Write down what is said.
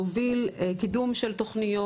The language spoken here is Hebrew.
מוביל קידום של תוכניות,